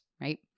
Right